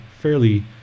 fairly